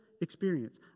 experience